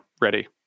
ready